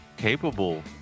capable